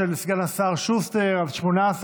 2021,